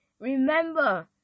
Remember